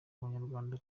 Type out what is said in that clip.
abanyarwanda